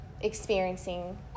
experiencing